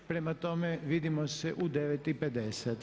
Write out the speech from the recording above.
Prema tome, vidimo se u 9,50.